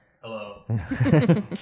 Hello